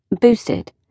Boosted